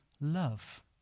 love